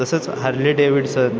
तसंच Harley Davidson